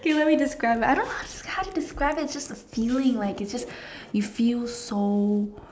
K let me describe it I don't know how how do you describe it it's just the feeling like it's just it feels so